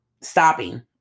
Stopping